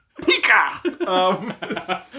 Pika